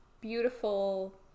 beautiful